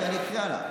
אני אקרא הלאה: